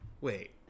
Wait